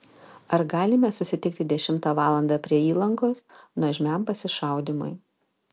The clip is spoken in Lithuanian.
ar galime susitikti dešimtą valandą prie įlankos nuožmiam pasišaudymui